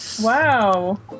Wow